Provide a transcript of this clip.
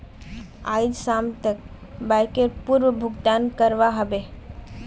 आइज शाम तक बाइकर पूर्ण भुक्तान करवा ह बे